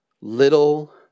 little